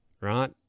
Right